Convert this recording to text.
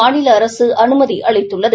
மாநில அரசு அனுமதி அளித்துள்ளது